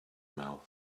mouth